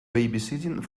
babysitting